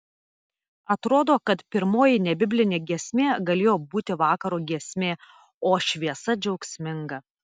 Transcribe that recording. atrodo kad pirmoji nebiblinė giesmė galėjo būti vakaro giesmė o šviesa džiaugsminga